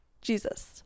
Jesus